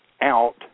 out